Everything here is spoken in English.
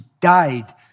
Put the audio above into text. died